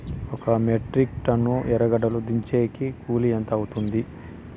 ఒక metric tonne ఎర్రగడ్డలు దించేకి కూలి ఎంత అవుతుంది?